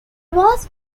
was